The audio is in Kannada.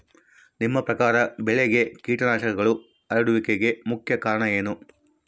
ನಿಮ್ಮ ಪ್ರಕಾರ ಬೆಳೆಗೆ ಕೇಟನಾಶಕಗಳು ಹರಡುವಿಕೆಗೆ ಮುಖ್ಯ ಕಾರಣ ಏನು?